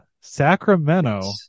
Sacramento